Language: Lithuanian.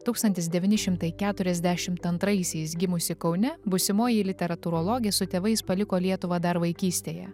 tūkstantis devyni šimtai keturiasdešimt antraisiais gimusi kaune būsimoji literatūrologė su tėvais paliko lietuvą dar vaikystėje